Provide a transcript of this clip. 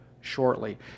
shortly